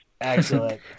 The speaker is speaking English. Excellent